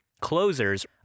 closers